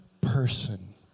person